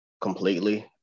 completely